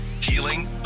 Healing